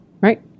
right